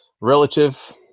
relative